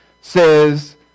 says